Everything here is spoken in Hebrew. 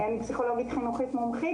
אני פסיכולוגית חינוכית מומחית,